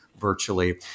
virtually